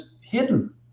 hidden